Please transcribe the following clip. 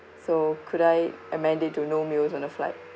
so could I amend it to no meals on the flight